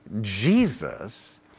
Jesus